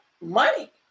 money